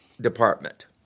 department